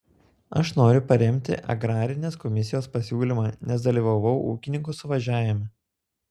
aš noriu paremti agrarinės komisijos pasiūlymą nes dalyvavau ūkininkų suvažiavime